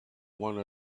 one